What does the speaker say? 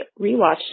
rewatched